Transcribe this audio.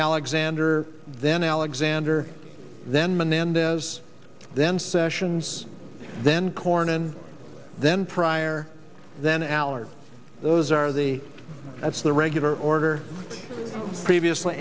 alexander then alexander then menendez then sessions then cornyn then pryor then allard those are the that's the regular order previously